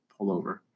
pullover